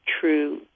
true